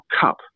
cup